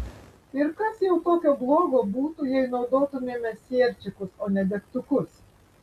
ir kas jau tokio blogo būtų jei naudotumėme sierčikus o ne degtukus